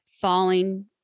falling